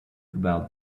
about